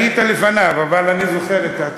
היית לפניו, אבל אני זוכר את התקופה.